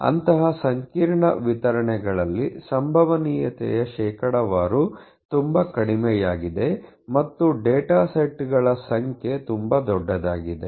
ಅಂತಹ ಸಂಕೀರ್ಣ ವಿತರಣೆಗಳಲ್ಲಿ ಸಂಭವನೀಯತೆಯ ಶೇಕಡಾವಾರು ತುಂಬಾ ಕಡಿಮೆಯಾಗಿದೆ ಮತ್ತು ಡೇಟಾ ಸೆಟ್ಗಳ ಸಂಖ್ಯೆ ತುಂಬಾ ದೊಡ್ಡದಾಗಿದೆ